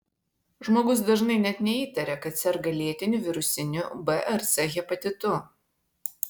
žmogus dažnai net neįtaria kad serga lėtiniu virusiniu b ar c hepatitu